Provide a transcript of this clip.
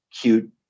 cute